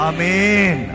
Amen